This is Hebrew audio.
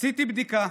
עשיתי בדיקה,